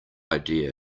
idea